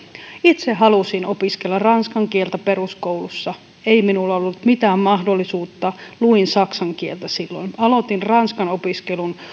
itse halusin opiskella ranskan kieltä peruskoulussa ei minulla ollut mitään mahdollisuutta luin saksan kieltä silloin aloitin ranskan opiskelun